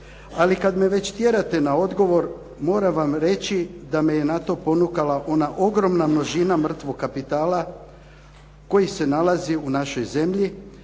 ali kad me već tjerate na odgovor, moram vam reći da me je na to ponukala ona ogromna množina mrtvog kapitala koji se nalazi u našoj zemlji,